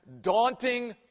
daunting